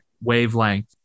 Wavelength